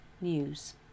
news